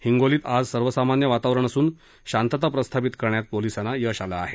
हिंगोलीत आज सर्वसामान्य वातावरण असून शांतता प्रस्थापित करण्यात पोलिसांना यश आलं आहे